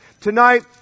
tonight